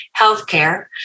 healthcare